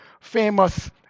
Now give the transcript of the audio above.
famous